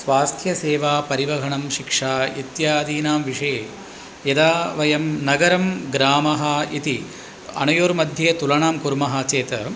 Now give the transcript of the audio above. स्वास्थ्यसेवा परिवहनं शिक्षा इत्यादीनां विषये यदा वयं नगरं ग्रामः इति अनयोर्मध्ये तुलनां कुर्मः चेत्